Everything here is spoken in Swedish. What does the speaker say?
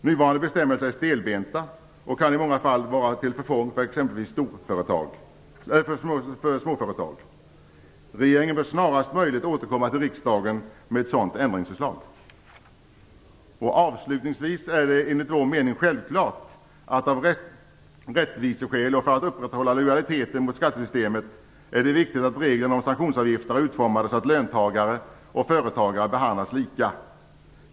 Nuvarande bestämmelser är stelbenta och kan i många fall vara till förfång för exempelvis småföretag. Regeringen bör snarast möjligt återkomma till riksdagen med ett sådant ändringsförslag. Avslutningsvis är det enligt vår mening självklart att det av rättviseskäl och för att upprätthålla lojaliteten mot skattesystemet är viktigt att reglerna om sanktionsavgifter är utformade så att löntagare och företagare behandlas lika.